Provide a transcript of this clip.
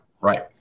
right